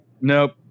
Nope